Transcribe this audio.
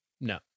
No